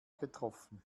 getroffen